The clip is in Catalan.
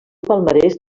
palmarès